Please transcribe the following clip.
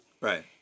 Right